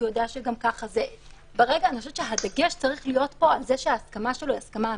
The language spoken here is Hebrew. אני חושבת שהדגש צריך להיות פה על זה שההסכמה שלו היא הסכמה אמיתית.